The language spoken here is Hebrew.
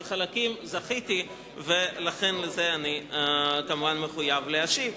חלקים זכיתי, ולכן אני כמובן מחויב להשיב.